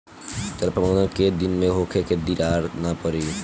जल प्रबंधन केय दिन में होखे कि दरार न पड़ी?